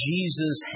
Jesus